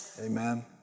Amen